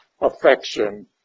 affection